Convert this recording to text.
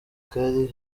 kari